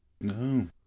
No